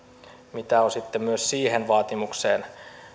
mitä on sitten myös siihen vaatimukseen